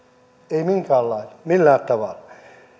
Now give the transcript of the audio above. ei millään tavalla